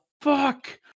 fuck